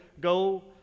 go